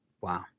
Wow